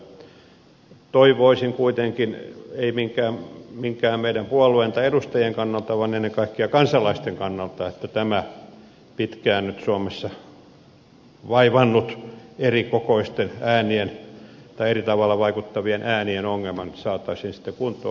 jatkotyöskentelyssä toivoisin kuitenkin ei niinkään minkään puolueen tai edustajan kannalta vaan ennen kaikkea kansalaisten kannalta että tämä pitkään nyt suomessa vaivannut erikokoisten äänien tai eri tavalla vaikuttavien äänien ongelma nyt saataisiin sitten kuntoon